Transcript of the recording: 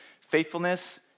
faithfulness